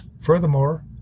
Furthermore